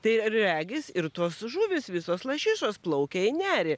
tai regis ir tos žuvys visos lašišos plaukia į nerį